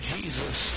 Jesus